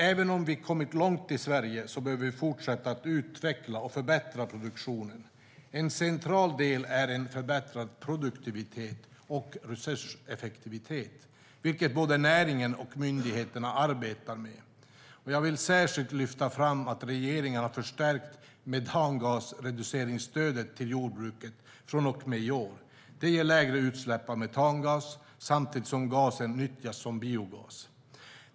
Även om vi har kommit långt i Sverige så behöver vi fortsätta att utveckla och förbättra produktionen. En central del är en förbättrad produktivitet och resurseffektivitet, vilket både näringen och myndigheterna arbetar med. Jag vill särskilt lyfta fram att regeringen har förstärkt metangasreduceringsstödet till jordbruket från och med i år. Det ger lägre utsläpp av metangas samtidigt som gasen nyttjas som biogas.